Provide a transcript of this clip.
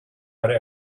right